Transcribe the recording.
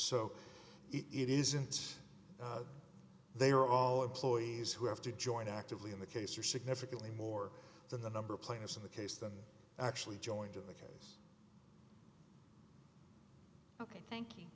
so it isn't they are all employees who have to join actively in the case or significantly more than the number of plaintiffs in the case that actually joined in the case ok thank you